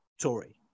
Tory